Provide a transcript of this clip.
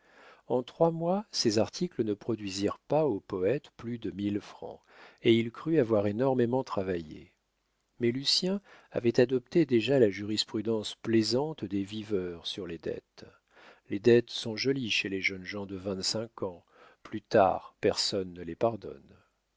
en trois mois ses articles ne produisirent pas au poète plus de mille francs et il crut avoir énormément travaillé mais lucien avait adopté déjà la jurisprudence plaisante des viveurs sur les dettes les dettes sont jolies chez les jeunes gens de vingt-cinq ans plus tard personne ne les pardonne